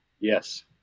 Yes